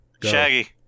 Shaggy